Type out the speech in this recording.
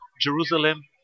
Jerusalem